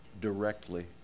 directly